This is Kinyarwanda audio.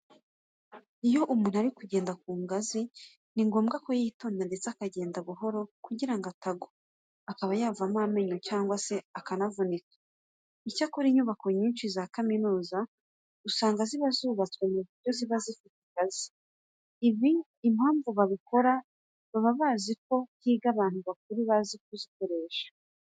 Iyo umuntu ari kugenda ku ngazi, ni ngombwa ko yitonda ndetse akagenda buhoro kugira ngo atagwa akaba yavamo amenyo cyangwa se akanavunika. Icyakora, inyubako nyinshi za kaminuza usanga ziba zubatswe mu buryo ziba zifite ingazi. Ibi impamvu babikora baba bazi ko higa abantu bakuru bazi kuzikoresha.